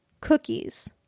cookies